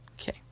Okay